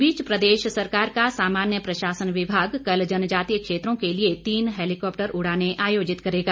इस बीच प्रदेश सरकार का सामान्य प्रशासन विभाग कल जनजातीय क्षेत्रों के लिए तीन हेलिकॉप्टर उड़ानें आयोजित करेगा